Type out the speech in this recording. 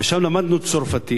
ושם למדנו צרפתית,